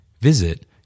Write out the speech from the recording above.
Visit